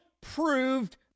proved